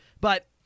But-